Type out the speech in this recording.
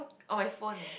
or my phone ah